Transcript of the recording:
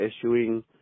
issuing